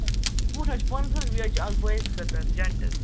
بوٗٹھ حظ چھِ پانَس خٲطرٕ بیٚیہِ حظ چھِ اَکھ بٲیِس خٲطر جَنٛٹٕس